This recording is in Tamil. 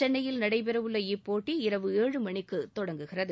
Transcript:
சென்னையில் நடைபெறவுள்ள இப்போட்டி இரவு ஏழு மணிக்கு தொடங்குகிறது